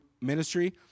ministry